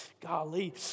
Golly